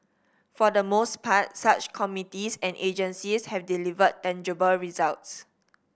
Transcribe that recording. for the most part such committees and agencies have delivered tangible results